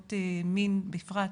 ועבירות מין בפרט,